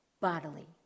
bodily